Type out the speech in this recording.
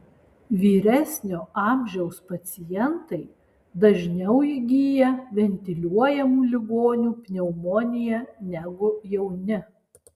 vyresnio amžiaus pacientai dažniau įgyja ventiliuojamų ligonių pneumoniją negu jauni